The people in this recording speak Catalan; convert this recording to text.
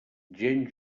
gent